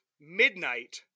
midnight